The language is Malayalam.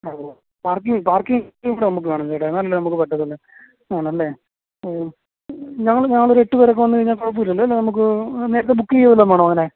ആ ഉവ്വ് പാർക്കിംഗ് പാർക്കിംഗ് കൂടെ നമുക്ക് വേണം കേട്ടോ എന്നാലല്ലേ നമുക്ക് പറ്റുള്ളൂ ആണല്ലേ ഞങ്ങൾ ഞങ്ങളൊരു എട്ട് പേരൊക്കെ വന്നു കഴിഞ്ഞാൽ കുഴപ്പം ഇല്ലല്ലേ നമുക്ക് നേരത്തെ ബുക്ക് ചെയ്യുവോ വല്ലതും വേണോ അങ്ങനെ